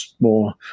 more